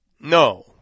No